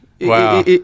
Wow